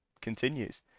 continues